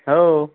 हो